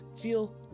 feel